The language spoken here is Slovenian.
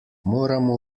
moramo